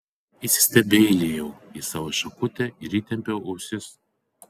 įsistebeiliju į savo šakutę ir įtempiu ausis